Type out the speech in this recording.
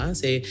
say